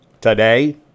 Today